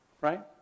Right